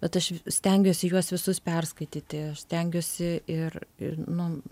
bet aš stengiuosi juos visus perskaityti stengiuosi ir i nu